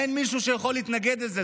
אין מישהו שיכול להתנגד לזה,